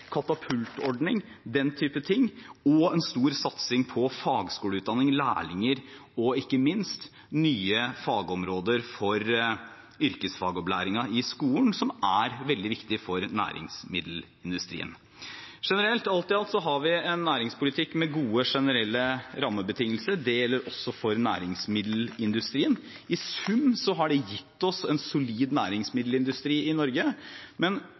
katapultordning – den type ting – og en stor satsing på fagskoleutdanning, lærlinger og ikke minst nye fagområder for yrkesfagopplæringen i skolen, som er veldig viktig for næringsmiddelindustrien. Generelt: Alt i alt har vi en næringspolitikk med gode, generelle rammebetingelser. Det gjelder også for næringsmiddelindustrien. I sum har det gitt oss en solid næringsmiddelindustri i Norge.